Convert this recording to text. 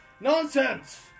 Nonsense